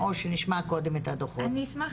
אשמח